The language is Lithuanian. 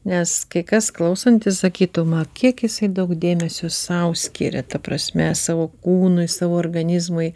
nes kai kas klausantis sakytų ma kiek jisai daug dėmesio sau skiria ta prasme savo kūnui savo organizmui